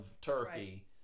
turkey